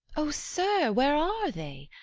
o, sir, where are they?